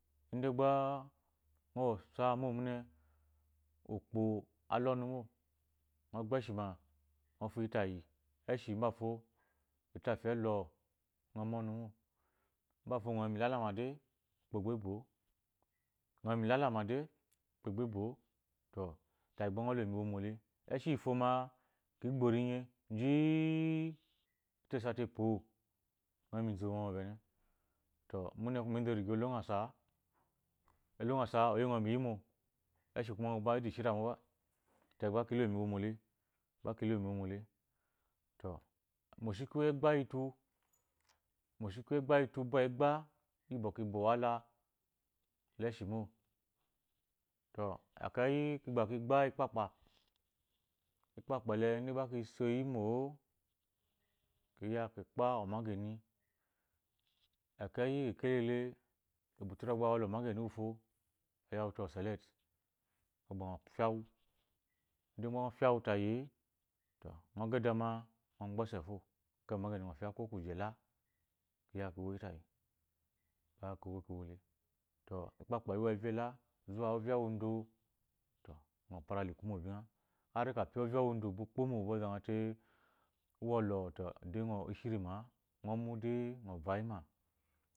Ide gba ngɔ wo osa ukpo ala ɔnu mo ngɔ gbo eshima ngɔ fuyi tayi mafo ito afi elo ngɔ ma ɔnu mo mafo ito afi elo ngo ma ɔnu mo mafo ngɔ yi mu ilalama de ukpo agba ebo-o ngø yi mu ilalama de ukpo agba ebo o to tayi gba ngɔ lo mu iwomo le eshi iyi fo ma ki gbo rinye ji i ito esati epo ngɔ yi mu izomo mɔmɔ bene mune ba enzu olo asa a olo asa ba oye mu iyi mo eshi kuma mo gba idi shirimo ba tayi gba ki lo mu shiki iyi egba iyi utu ba egba iyi busɔkwɔ iba owahala la eshi mo to ekeyi kigba ki gba ikpakpa ikpakpa ele ide gha ki soyi mo kiya ki kpa omgeni ekeyi kekelele ubuture agba awala omageni uwufo oyawute oselect ngɔ gba ngɔ fya wu ide ngɔ fya tayi e to ngɔ gaidama ngɔ gbe ɔse fo ekeyi omageni ngɔ fya ko kuji eka koya kiwo tayi ta gba ki ko ko kiwo le to ikpakpa iwo evya ela zuwa ovya uwu wodo to ngɔ para la ekumo bengha har kafi ovya uwodo ubi kbomo ɔzate uwɔlɔ to ishirima ngɔ mu de ngɔ vayima